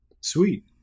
Sweet